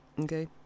Okay